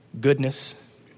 goodness